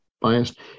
biased